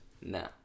No